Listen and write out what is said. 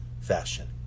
fashion